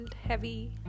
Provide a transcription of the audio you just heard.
heavy